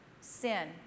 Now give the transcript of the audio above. Sin